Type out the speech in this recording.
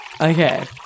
Okay